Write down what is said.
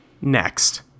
Next